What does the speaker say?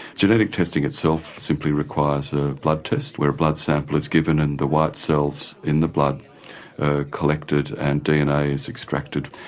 genetic testing itself simply requires a blood test where a blood sample is given and the white cells in the blood are collected and dna is extracted,